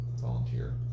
volunteer